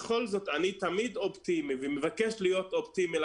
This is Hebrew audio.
בכל זאת אני תמיד אופטימי ומבקש להיות אופטימי,